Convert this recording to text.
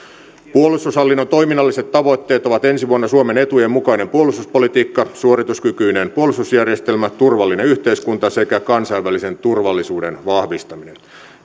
puolustushallinnon toiminnalliset tavoitteet ovat ensi vuonna suomen etujen mukainen puolustuspolitiikka suorituskykyinen puolustusjärjestelmä turvallinen yhteiskunta sekä kansainvälisen turvallisuuden vahvistaminen